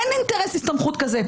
אין אינטרס הסתמכות כזה,